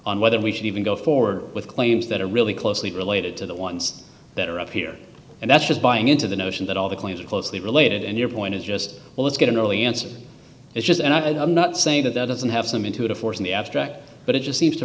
on whether we should even go forward with claims that are really closely related to the ones that are up here and that's just buying into the notion that all the claims are closely related and your point is just well let's get an early answer is just and i'm not saying that that doesn't have some intuitive force in the abstract but it just seems to